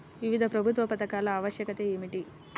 వివిధ ప్రభుత్వా పథకాల ఆవశ్యకత ఏమిటి?